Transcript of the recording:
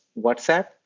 WhatsApp